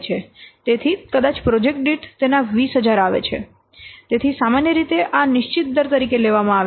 તેથી કદાચ પ્રોજેક્ટ દીઠ તેના 20000 આવે છે તેથી સામાન્ય રીતે આ નિશ્ચિત દર તરીકે લેવામાં આવે છે